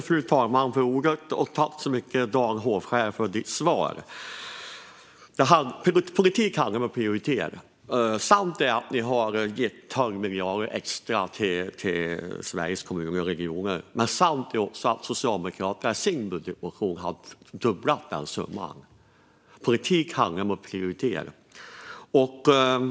Fru talman! Jag tackar Dan Hovskär för svaret. Politik handlar om att prioritera. Sant är att ni har gett 12 miljarder extra till Sveriges Kommuner och Regioner. Sant är också att Socialdemokraterna i sin budgetmotion har dubblat den summan. Politik handlar om att prioritera.